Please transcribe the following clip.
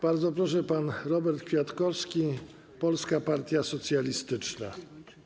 Bardzo proszę, pan Robert Kwiatkowski, Polska Partia Socjalistyczna.